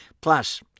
Plus